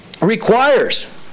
requires